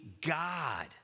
God